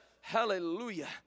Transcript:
Hallelujah